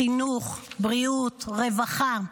חינוך, בריאות, רווחה,